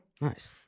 Nice